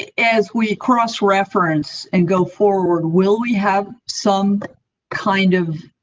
as we cross reference and go forward, will we have some kind of.